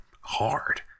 hard